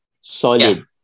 Solid